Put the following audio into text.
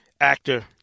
actor